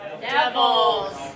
Devils